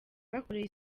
bakoreye